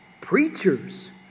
preachers